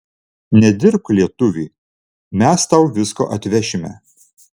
nedirbk lietuvi mes tau visko atvešime